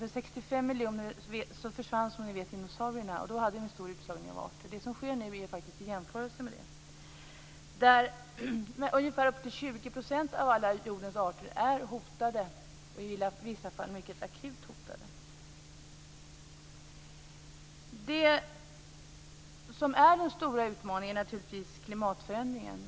För 65 miljoner år sedan försvann som ni vet dinosaurierna, och då hade vi en stor utslagning av arter. Det som sker nu går faktiskt att jämföra med det. Upp till 20 % av alla jordens arter är hotade, i vissa fall akut hotade. Det som är den stora utmaningen är naturligtvis klimatförändringen.